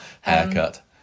haircut